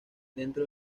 dentro